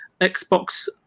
Xbox